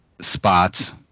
spots